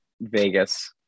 Vegas